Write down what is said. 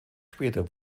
später